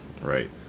right